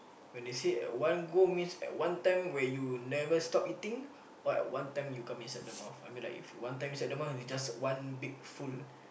when they say at one go means at one time where you never stop eating or like one time you come inside the mouth I mean like if one time inside the mouth it just one big full